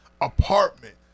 apartment